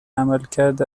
عملکرد